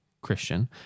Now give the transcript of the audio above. Christian